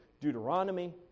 Deuteronomy